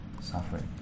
suffering